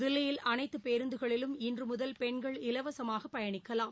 தில்லியில் அனைத்து பேருந்துகளிலும் இன்று முதல் பெண்கள் இலவசமாக பயணிக்கலாம்